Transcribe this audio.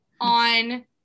on